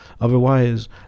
Otherwise